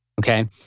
okay